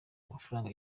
amafaranga